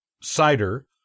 cider